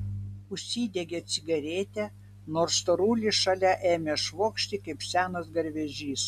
užsidegė cigaretę nors storulis šalia ėmė švokšti kaip senas garvežys